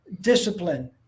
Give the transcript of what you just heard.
discipline